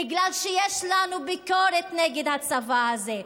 בגלל שיש לנו ביקורת נגד הצבא הזה,